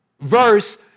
verse